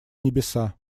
небеса